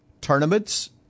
tournaments